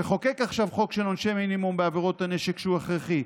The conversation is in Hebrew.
שחוקק עכשיו חוק של עונשי מינימום בעבירות הנשק שהוא הכרחי,